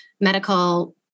medical